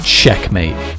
checkmate